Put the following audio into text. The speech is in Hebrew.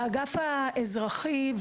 באגף האזרחי,